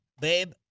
Babe